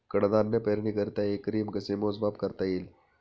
कडधान्य पेरणीकरिता एकरी कसे मोजमाप करता येईल?